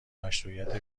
مشروعیت